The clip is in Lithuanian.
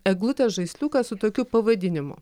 eglutės žaisliukas su tokiu pavadinimu